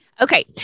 Okay